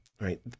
right